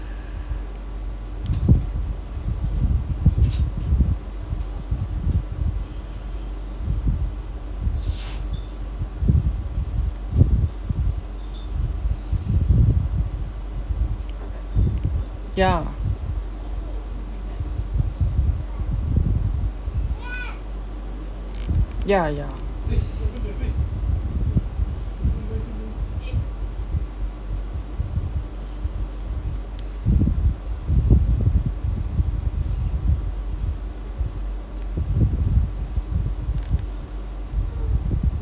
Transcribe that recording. ya ya ya